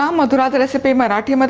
um madhurasrecipe marathi but